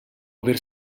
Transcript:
aver